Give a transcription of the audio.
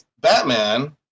batman